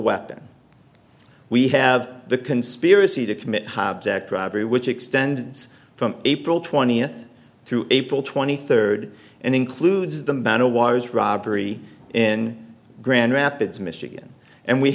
weapon we have the conspiracy to commit high object robbery which extends from april twentieth through april twenty third and includes the matter was robbery in grand rapids michigan and we